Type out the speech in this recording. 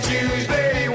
Tuesday